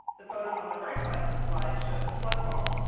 the photos on the right side of the slide show the flood wall,